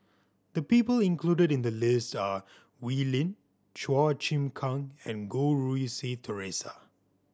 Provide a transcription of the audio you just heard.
the people included in the list are Wee Lin Chua Chim Kang and Goh Rui Si Theresa